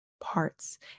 parts